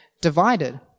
divided